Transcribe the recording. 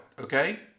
okay